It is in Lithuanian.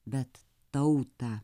bet tautą